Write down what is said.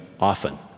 often